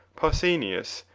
pausanias,